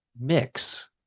mix